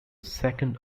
second